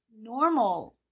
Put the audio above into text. normal